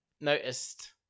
noticed